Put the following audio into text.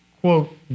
quote